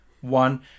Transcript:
one